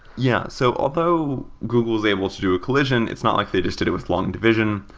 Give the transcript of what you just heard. yeah. so although google is able to do a collision, it's not like they listed it with long division.